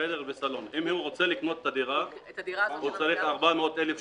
אם הוא רוצה לקנות את הדירה הזאת הוא צריך לשלם 400,000 שקל,